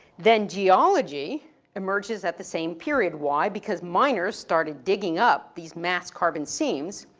then geology emerges at the same period. why? because miners started digging up these mass carbon seams.